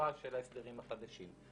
מהירה של ההסדרים חדשים.